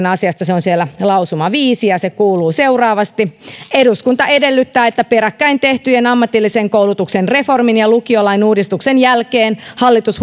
asiasta se on siellä lausuma viisi ja se kuuluu seuraavasti eduskunta edellyttää että peräkkäin tehtyjen ammatillisen koulutuksen reformin ja lukiolain uudistuksen jälkeen hallitus